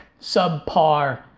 subpar